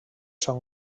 són